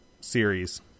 series